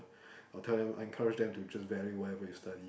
I'll tell them I'll encourage them to just value whatever you study